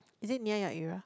is it near your area